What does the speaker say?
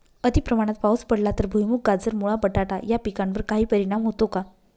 अतिप्रमाणात पाऊस पडला तर भुईमूग, गाजर, मुळा, बटाटा या पिकांवर काही परिणाम होतो का?